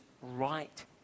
right